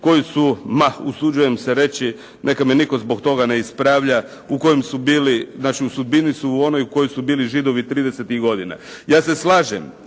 koji su, usuđujem se reći neka me nitko zbog toga ne ispravlja, u kojem su bili u sudbini su onoj u kojoj su bili Židovi 30-tih godina. Ja se slažem